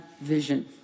vision